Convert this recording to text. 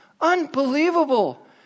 Unbelievable